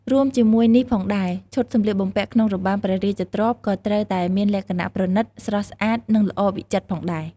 រួមជាមួយនេះផងដែរ ឈុតសម្លៀកបំពាក់ក្នុងរបាំព្រះរាជទ្រព្យក៏ត្រូវតែមានលក្ខណៈ ប្រណីត ស្រស់ស្អាត និងល្អវិចិត្រផងដែរ។